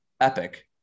epic